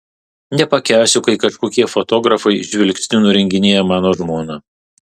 nepakęsiu kai kažkokie fotografai žvilgsniu nurenginėja mano žmoną